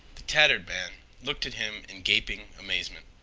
the tattered man looked at him in gaping amazement.